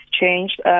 changed